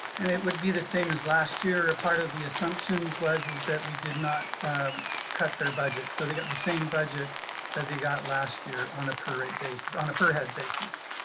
and it would be the same as last year, a part of the assumptions was is that we did not cut their budgets. so they got the same budget that they got last year on a per head basis on a per head basis.